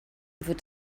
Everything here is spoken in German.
wird